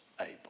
able